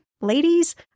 ladies